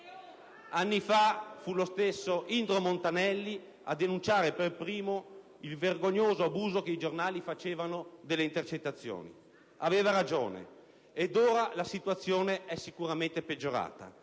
anni fa fu lo stesso Indro Montanelli a denunciare, per primo, il vergognoso abuso che i giornali facevano delle intercettazioni. Aveva ragione, ed ora la situazione è sicuramente peggiorata.